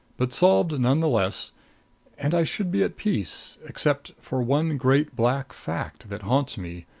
but solved none the less and i should be at peace, except for one great black fact that haunts me,